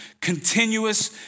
continuous